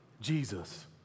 Jesus